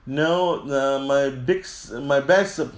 no uh my big s~ my best uh